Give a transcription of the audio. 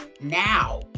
now